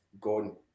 gone